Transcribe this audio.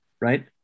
right